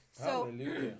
Hallelujah